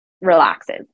relaxes